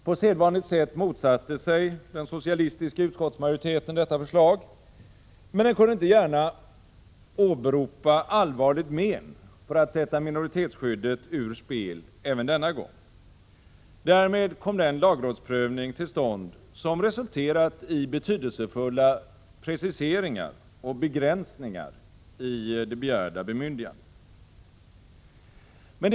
På sedvanligt sätt motsatte sig den socialistiska utskottsmajoriteten detta förslag, men den kunde inte gärna åberopa allvarligt men för att sätta minoritetsskyddet ur spel även denna gång. Därmed kom den lagrådsprövning till stånd som resulterat i betydelsefulla preciseringar och begränsningar i det begärda bemyndigandet.